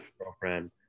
girlfriend